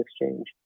exchange